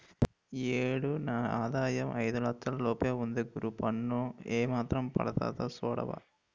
ఈ ఏడు నా ఆదాయం ఐదు లచ్చల లోపే ఉంది గురూ పన్ను ఏమాత్రం పడతాదో సూడవా